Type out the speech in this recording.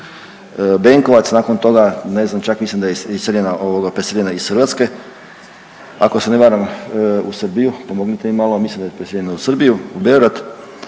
Benkovac, nakon toga ne znam čak mislim da je preseljena iz Hrvatske ako se ne varam u Srbiju, pomognite mi malo. Mislim da je preseljena u Srbiju, u Beograd,